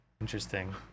interesting